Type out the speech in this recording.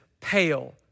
pale